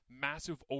massive